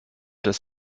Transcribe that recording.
das